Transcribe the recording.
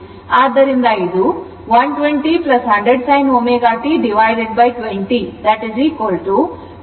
ಆದ್ದರಿಂದ ಇದು 120 120 sin ω t divided 20ವಿಂಗಡಿಸಲಾಗಿದೆ 20 6 5 sin ω t ಆಗಿರುತ್ತದೆ